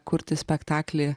kurti spektaklį